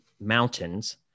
mountains